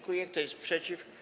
Kto jest przeciw?